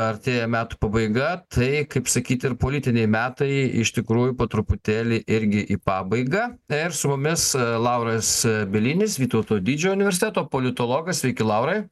artėja metų pabaiga tai kaip sakyt ir politiniai metai iš tikrųjų po truputėlį irgi į pabaigą ir su mumis lauras bielinis vytauto didžiojo universiteto politologas sveiki laurai